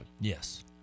Yes